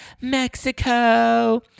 Mexico